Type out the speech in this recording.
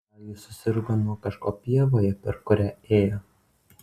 gal ji susirgo nuo kažko pievoje per kurią ėjo